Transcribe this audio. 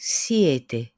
siete